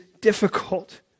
difficult